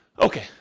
Okay